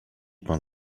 pan